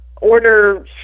order